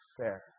fair